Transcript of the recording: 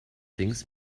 things